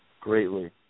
greatly